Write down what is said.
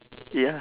ya